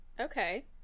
Okay